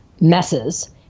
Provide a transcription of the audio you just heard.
messes